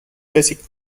basic